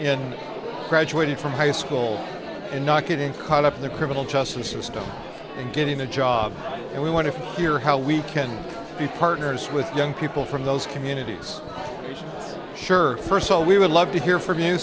in graduating from high school and not getting caught up in the criminal justice system and getting a job and we want to hear how we can be partners with young people from those communities sure first of all we would love to hear from you